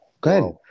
Good